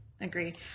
Agreed